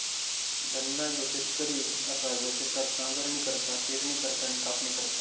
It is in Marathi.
धन्ना ह्यो शेतकरी असा जो शेतात नांगरणी करता, पेरणी करता आणि कापणी करता